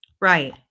Right